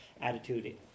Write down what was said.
attitude